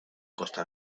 costa